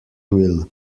will